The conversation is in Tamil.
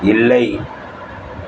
இல்லை